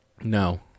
No